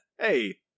Hey